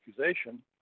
accusation